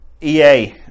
EA